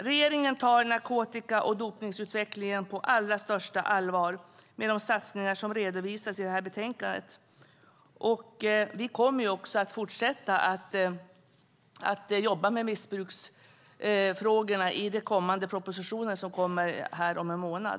Regeringen tar narkotika och dopningsutvecklingen på allra största allvar med de satsningar som redovisats i detta betänkande. Vi kommer att fortsätta att jobba med missbruksfrågorna i den kommande propositionen som läggs fram om en månad.